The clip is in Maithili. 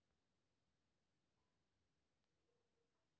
बैंक लोन खातीर केतना पैसा दीये परतें?